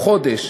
או חודש,